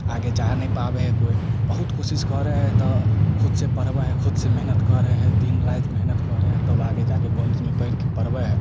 आगे जा नहि पाबै हइ कोइ बहुत कोशिश करऽ हइ तऽ खुद से पढ़बै हइ खुद से मेहनत करऽ हइ दिन राति मेहनत करै हइ तब आगे जाके कॉलेजमे पैढ़के पढ़बै हइ